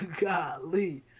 Golly